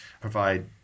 provide